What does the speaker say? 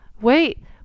wait